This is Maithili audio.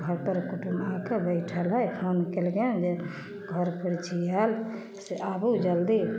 घरपर कुटुम्ब आके बैठल हइ फोन कयलकै हइ जे घरपर छी आयलल से आबू जल्दी